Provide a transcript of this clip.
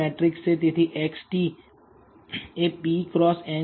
તેથી XT એ p cross n છે